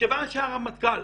מכיוון שהרמטכ"ל